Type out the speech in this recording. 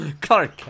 Clark